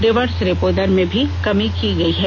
reverse repo दर में भी कमी की गई है